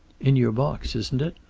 in your box, isn't it?